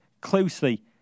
closely